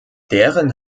deren